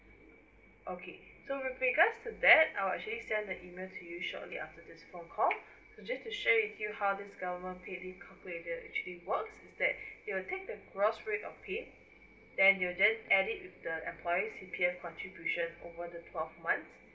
okay so with regards to that I will actually send an email to you shortly after this phone call so just to share with you how this government paid leave calculator actually works is that it will take the gross rate of pay then it will then add it with the employer C_P_F contribution over the twelve months